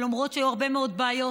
ולמרות שהיו הרבה מאוד בעיות,